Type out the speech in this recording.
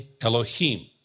Elohim